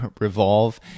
revolve